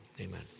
Amen